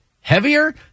heavier